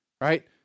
right